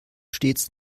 stets